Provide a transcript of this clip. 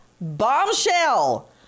bombshell